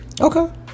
Okay